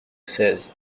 seize